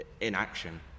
inaction